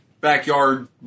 backyard